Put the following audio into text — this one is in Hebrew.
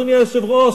אדוני היושב-ראש,